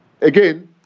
Again